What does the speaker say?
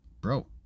Bro